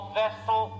vessel